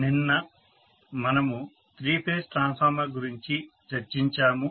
నిన్న మనము three phase transformer గురించి చర్చించాము